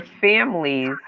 families